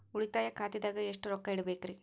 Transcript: ಉಳಿತಾಯ ಖಾತೆದಾಗ ಎಷ್ಟ ರೊಕ್ಕ ಇಡಬೇಕ್ರಿ?